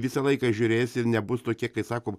visą laiką žiūrės ir nebus tokie kai sakom